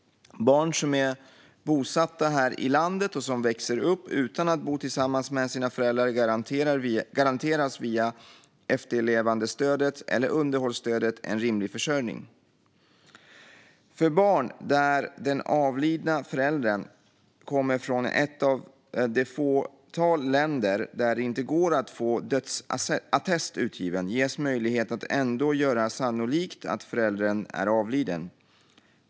Barn som är bosatta här i landet och som växer upp utan att bo tillsammans med sina föräldrar garanteras via efterlevandestödet, eller underhållsstödet, en rimlig försörjning. För barn där den avlidna föräldern kommer från ett av det fåtal länder där det inte går att få dödsattest utgiven ges möjlighet att ändå göra sannolikt att föräldern är avliden.